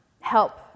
help